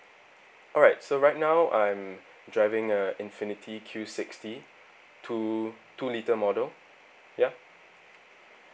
alright so right now I'm driving a infinity Q sixty two two litre model ya